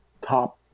top